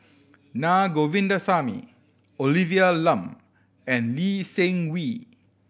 Na Govindasamy Olivia Lum and Lee Seng Wee